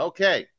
Okay